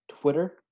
Twitter